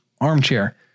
ARMCHAIR